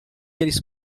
eles